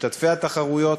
משתתפי התחרויות.